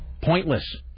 pointless